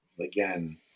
Again